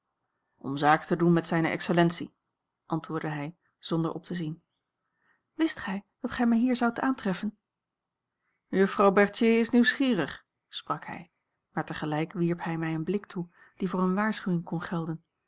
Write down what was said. om zaken te doen met zijne excellentie antwoordde hij zonder op te zien wist gij dat gij mij hier zoudt aantreffen juffrouw berthier is nieuwsgierig sprak hij maar tegelijk wierp hij mij een blik toe die voor eene waarschuwing kon gelden